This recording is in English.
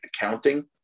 accounting